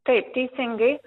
taip teisingai